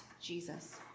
Jesus